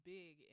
big